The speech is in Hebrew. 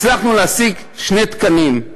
הצלחנו להשיג שני תקנים.